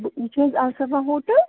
یہ چھِ حظ السفا ہوٹل